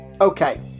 Okay